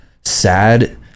sad